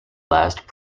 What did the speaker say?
last